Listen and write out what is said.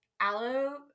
aloe